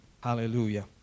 Hallelujah